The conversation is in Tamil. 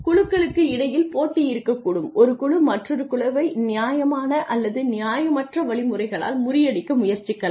குழுகளுக்கு இடையில் போட்டி இருக்கக்கூடும் ஒரு குழு மற்றொரு குழுவை நியாயமான அல்லது நியாயமற்ற வழிமுறைகளால் முறியடிக்க முயற்சிக்கலாம்